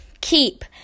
keep